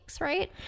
right